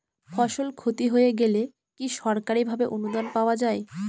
ফসল ক্ষতি হয়ে গেলে কি সরকারি ভাবে অনুদান পাওয়া য়ায়?